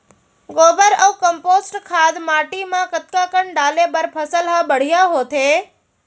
गोबर अऊ कम्पोस्ट खाद माटी म कतका कन डाले बर फसल ह बढ़िया होथे?